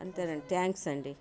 అంతేనండి థ్యాంక్స్ అండి